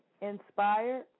Inspired